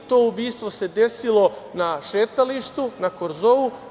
To ubistvo se desilo na šetalištu, na korzou.